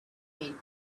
been